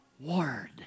Word